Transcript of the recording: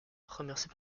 remercié